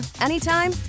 anytime